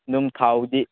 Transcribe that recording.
ꯑꯗꯨꯝ ꯊꯥꯎꯗꯤ